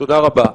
תודה רבה.